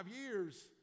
years